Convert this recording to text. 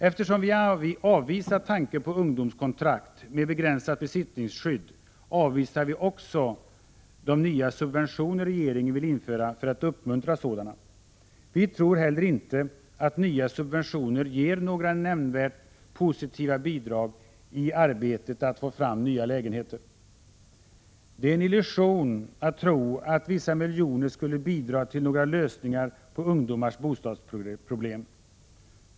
Eftersom vi avvisar tanken på ungdomskontrakt med begränsat besittningsskydd, avvisar vi också de nya subventioner regeringen vill införa för att uppmuntra sådana. Vi tror inte heller att nya subventioner ger några nämnvärt positiva bidrag i arbetet att få fram nya lägenheter. Det är en illusion att tro att vissa miljoner kronor skulle bidra till några lösningar på ungdomars bostadsproblem.